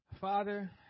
Father